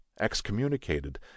excommunicated